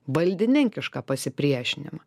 valdininkišką pasipriešinimą